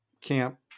camp